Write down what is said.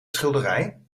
schilderij